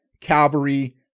cavalry